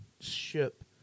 ship